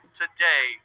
today